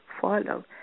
follow